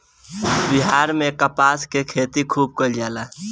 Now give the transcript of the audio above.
बिहार में कपास के खेती खुब कइल जाला